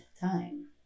time